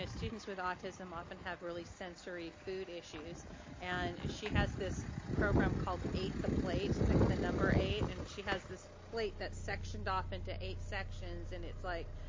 and students with autism often have really sensory food issues and she has this program called eight the plate, like the number eight, and she has this plate that's sectioned off into eight sections and it's like,